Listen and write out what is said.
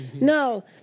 No